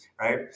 Right